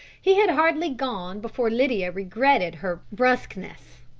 he had hardly gone before lydia regretted her brusqueness.